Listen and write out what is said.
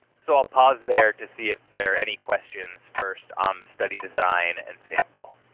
so i'll pause there to see if there are any questions first on the study design and sample.